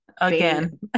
Again